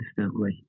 instantly